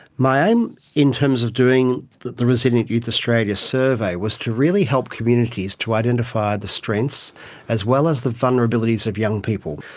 my aim in terms of doing the the resilient youth australia survey was to really help communities to identify the strengths as well as the vulnerabilities of young people.